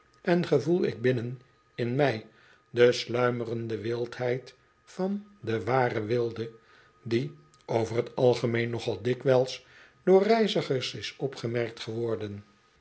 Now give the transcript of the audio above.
en gevoel ik binnen in mij de sluimerende wildheid van den waren wilde die over t algemeen nogal dikwijls door reizigers is opgemerkt geworden